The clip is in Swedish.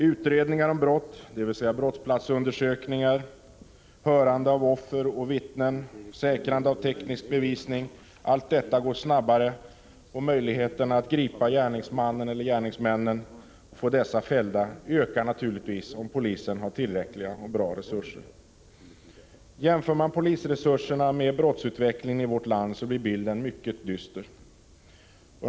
Utredningar om brott — dvs. brottsplatsundersökningar, hörande av offer och vittnen, säkrande av teknisk bevisning — går snabbare, och möjligheterna att gripa gärningsmannen eller gärningsmännen liksom till fällande dom ökar naturligtvis om polisen har tillräckliga och bra resurser. Jämför man polisresurserna med brottsutvecklingen i vårt land får man en mycket dyster bild.